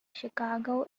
chicago